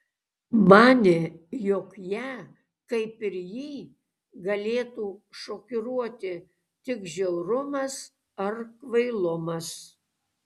manė jog ją kaip ir jį galėtų šokiruoti tik žiaurumas ar kvailumas